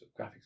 graphics